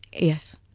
yes.